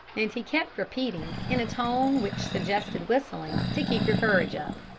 and he kept repeating, in a tone which suggested whistling to keep your courage up,